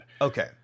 Okay